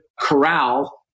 corral